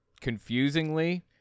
confusingly